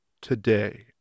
today